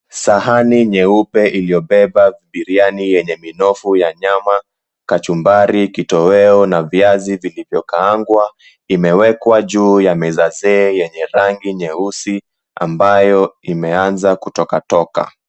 Sahani nyeupe iliyobeba biriani yenye minofu ya nyama, kachumbari, kitoweo na viazi vilivyokaangwa, imewekwa juu ya meza nzee yenye rangi nyeusi ambayo imeanza kutokatoka.